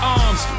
arms